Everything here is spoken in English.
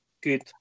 good